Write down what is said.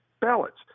ballots